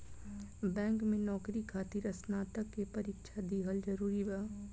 Bank में नौकरी खातिर स्नातक के परीक्षा दिहल जरूरी बा?